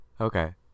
Okay